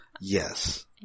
Yes